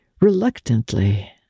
reluctantly